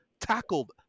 tackled